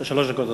יש לך שלוש דקות,